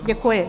Děkuji.